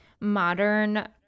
modern